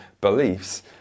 beliefs